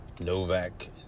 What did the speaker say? Novak